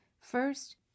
First